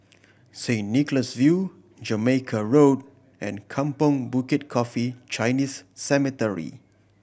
Saint Nicholas View Jamaica Road and Kampong Bukit Coffee Chinese Cemetery